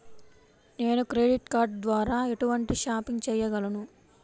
నేను credit card ద్వార ఎటువంటి షాపింగ్ చెయ్యగలను?